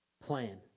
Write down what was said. plan